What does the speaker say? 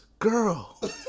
Girl